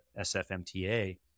SFMTA